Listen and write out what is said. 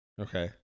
Okay